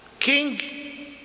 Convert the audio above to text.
King